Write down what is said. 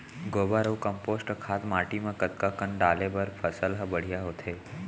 गोबर अऊ कम्पोस्ट खाद माटी म कतका कन डाले बर फसल ह बढ़िया होथे?